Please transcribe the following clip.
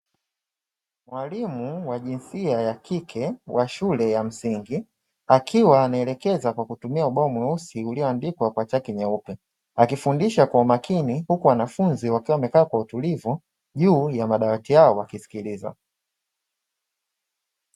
Mwalimu wa jinsia ya kike wa shule ya msingi, akiwa anaelekeza katika ubao mweusi ulioandikwa kwa chaki nyeupe. Akifundisha kwa umakini huku wanafunzi wakiwa wamekaa kwa utulivu juu ya madawati yao wakisikiliza.